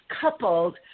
coupled